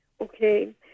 Okay